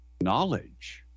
knowledge